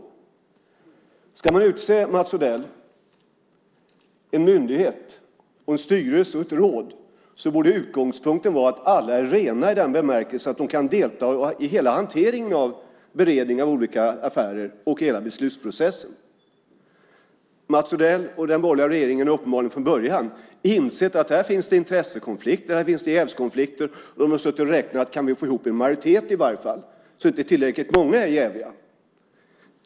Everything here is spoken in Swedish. Mats Odell, om man ska utse personer i en myndighet, en styrelse och ett råd borde utgångspunkten vara att alla är rena i den bemärkelsen att de kan delta i hela hanteringen av beredningen av olika affärer och i hela beslutsprocessen. Mats Odell och den borgerliga regeringen har uppenbarligen från början insett att det här finns intressekonflikter och jävskonflikter, och de har suttit och räknat på om de i varje fall kan få ihop en majoritet så att tillräckligt många inte är jäviga.